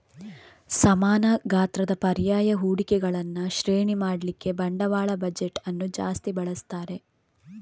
ಸಮಾನ ಗಾತ್ರದ ಪರ್ಯಾಯ ಹೂಡಿಕೆಗಳನ್ನ ಶ್ರೇಣಿ ಮಾಡ್ಲಿಕ್ಕೆ ಬಂಡವಾಳ ಬಜೆಟ್ ಅನ್ನು ಜಾಸ್ತಿ ಬಳಸ್ತಾರೆ